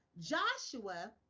joshua